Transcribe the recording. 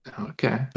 Okay